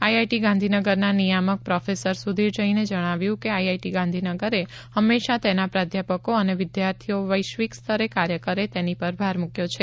IIT ગાંધીનગરના નિયામક professor Sudhir જેને જણાવ્યું કે આઈઆઈટી ગાંધીનગરે હંમેશા તેના પ્રાદ્યાપકો અને વિદ્યાર્થીઓ વૈશ્વિકસ્તરે કાર્ય કરે તેની પર ભાર મૂક્યો છે